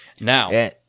Now